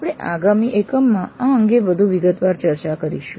આપણે આગામી એકમમાં આ અંગે વધુ વિગતવાર ચર્ચા કરીશું